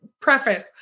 preface